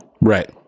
Right